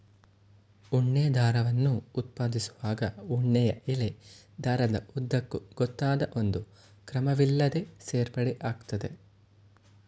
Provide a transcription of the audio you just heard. ಉಣ್ಣೆ ದಾರವನ್ನು ಉತ್ಪಾದಿಸುವಾಗ ಉಣ್ಣೆಯ ಎಳೆ ದಾರದ ಉದ್ದಕ್ಕೂ ಗೊತ್ತಾದ ಒಂದು ಕ್ರಮವಿಲ್ಲದೇ ಸೇರ್ಪಡೆ ಆಗ್ತದೆ